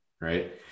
Right